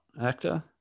Actor